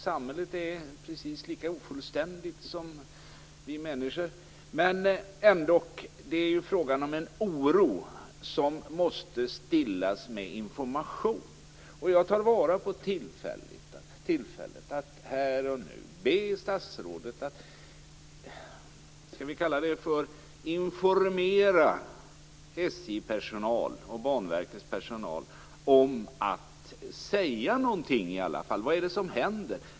Samhället är precis lika ofullständigt som vi människor, men det är ändock fråga om en oro som måste stillas med information. Jag tar vara på tillfället att här och nu be statsrådet att informera SJ-personal och Banverkets personal om att de i alla fall bör säga något om vad som händer.